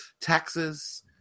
taxes